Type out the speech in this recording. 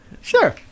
Sure